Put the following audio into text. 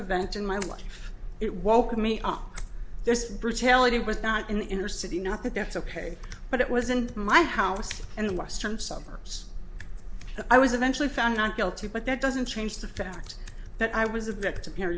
event in my life it woke me up this brutality was not an inner city not that that's ok but it wasn't my house and the western suburbs i was eventually found not guilty but that doesn't change the fact that i was a victim here